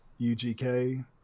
UGK